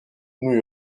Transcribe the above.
new